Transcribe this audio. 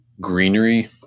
greenery